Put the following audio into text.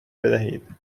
بدهید